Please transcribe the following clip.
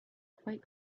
quite